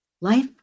life